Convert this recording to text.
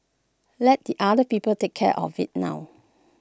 let the other people take care of IT now